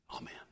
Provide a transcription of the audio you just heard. Amen